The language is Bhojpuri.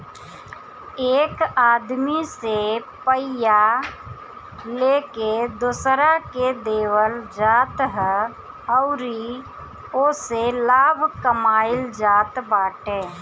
एक आदमी से पइया लेके दोसरा के देवल जात ह अउरी ओसे लाभ कमाइल जात बाटे